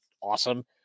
awesome